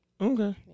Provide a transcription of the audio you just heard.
Okay